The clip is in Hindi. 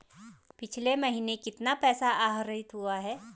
पिछले माह कितना पैसा आहरित हुआ है?